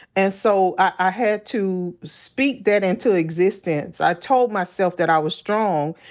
and so i had to speak that into existence. i told myself that i was strong.